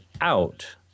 out